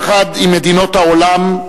יחד עם מדינות העולם,